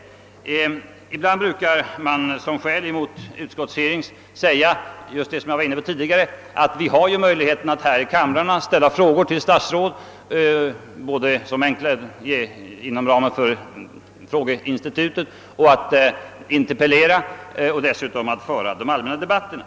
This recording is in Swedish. Som jag tidigare framhöll brukar man ibland som skäl mot utskottshearings säga att vi ju har möjligheter att här i kammaren ställa frågor till statsråden, både inom ramen för frågeinstitutet och genom att interpellera samt dessutom genom att deltaga i de allmänna debatterna.